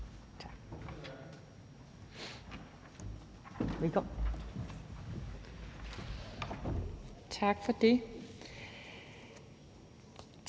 Tak